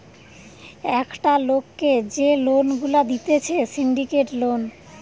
একটা লোককে যে লোন গুলা দিতেছে সিন্ডিকেট লোন